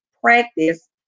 practice